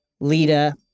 Lita